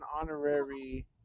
honorary